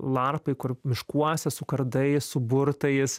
larpai kur miškuose su kardais su burtais